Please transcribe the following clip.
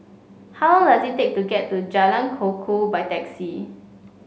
how long does it take to get to Jalan Kukoh by taxi